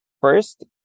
First